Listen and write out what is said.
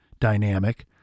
dynamic